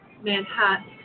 Manhattan